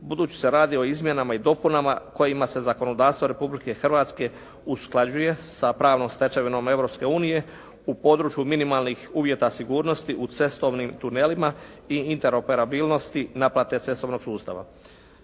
budući se radi o izmjenama i dopunama kojima se zakonodavstvo Republike Hrvatske usklađuje sa pravnom stečevinom Europske unije u području minimalnih uvjeta sigurnosti u cestovnim tunelima i interoperabilnosti naplate cestovnog sustava.